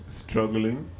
struggling